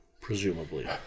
presumably